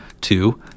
two